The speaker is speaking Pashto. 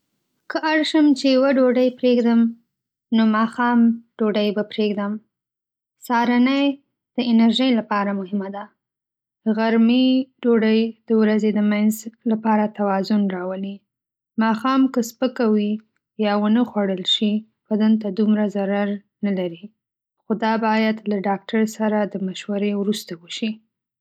که اړ شم چې یوه ډوډۍ پرېږدم، نو ماښام ډوډۍ به پرېږدم. سهارنۍ د انرژۍ لپاره مهمه ده. د غرمې ډوډۍ د ورځې د منځ لپاره توازن راولي. ماښام که سپکه وي یا ونه خوړل شي، بدن ته دومره ضرر نه لري. خو دا باید له ډاکتر سره د مشورې وروسته وشي.